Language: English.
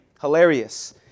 hilarious